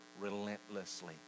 relentlessly